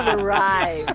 arrived